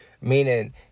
meaning